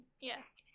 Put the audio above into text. Yes